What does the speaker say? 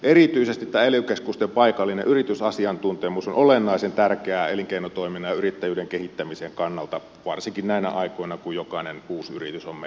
erityisesti tämä ely keskusten paikallinen yritysasiantuntemus on olennaisen tärkeää elinkeinotoiminnan ja yrittäjyyden kehittämisen kannalta varsinkin näinä aikoina kun jokainen uusi yritys on meille tärkeä